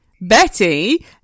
Betty